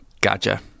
gotcha